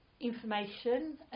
information